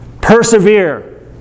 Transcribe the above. persevere